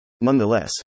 Nonetheless